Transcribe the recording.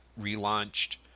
relaunched